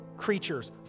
Creatures